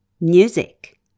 Music